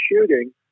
shooting